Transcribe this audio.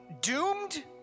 doomed